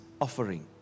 offering